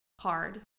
hard